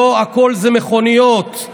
לא הכול זה מכוניות.